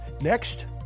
Next